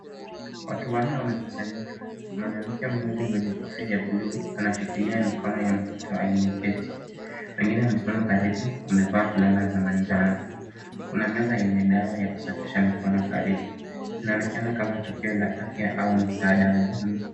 Watu wanne wamekusanyika. Mwanamke mmoja mwenye kofia ya bluu anashikilia mkono ya mtoto aliyeketi. Wengine wamesimama karibu wamevaa fulana za manjano. Kuna meza yenye dawa ya kusafisha mikono karibu. Inaonekana kama tukio la afya au msaada wa jamii.